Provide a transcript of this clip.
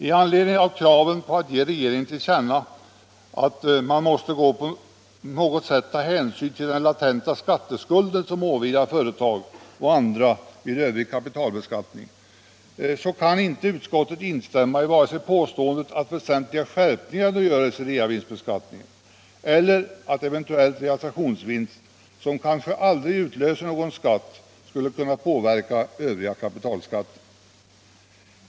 I anledning av kraven på att ge regeringen till känna att man måste på något sätt ta hänsyn till den latenta skatteskulden som åvilar företag och andra vid övrig kapitalbeskattning, så kan inte utskottet instämma i vare sig påståendet att väsentliga skärpningar nu göres i reavinstbeskattningen eller att eventuell realisationsvinst, som kanske aldrig utlöser någon skatt, skall kunna påverka övriga kapitalskatter.